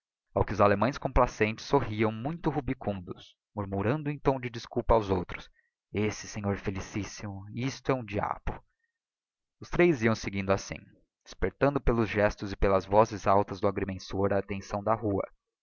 ao que os allemães complacentes sorriam muito rubicundos murmurando em tom de desculpa aos outros esse sr felicíssimo isto é um diabo os três iam seguindo assim despertando pelos gestos e pelas vozes altas do agrimensor a attenção da rua